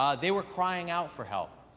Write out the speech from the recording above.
um they were crying out for help,